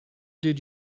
did